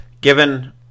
given